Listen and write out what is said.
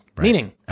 Meaning